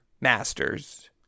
masters